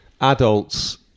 adults